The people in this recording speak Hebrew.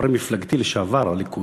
חברי מפלגתי לשעבר, הליכוד,